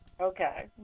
okay